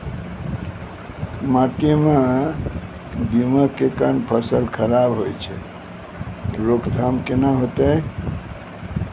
माटी म दीमक के कारण फसल खराब होय छै, रोकथाम केना होतै?